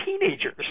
teenagers